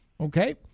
okay